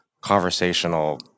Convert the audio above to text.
conversational